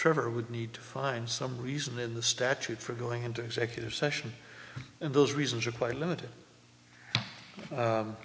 trevor would need to find some reason in the statute for going into executive session and those reasons are quite limited